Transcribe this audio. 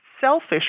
Selfish